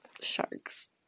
sharks